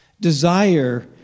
desire